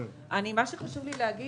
חשוב לי להגיד